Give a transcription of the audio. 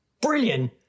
brilliant